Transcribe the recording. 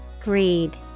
Greed